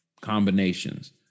combinations